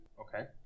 Okay